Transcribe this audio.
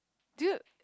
do you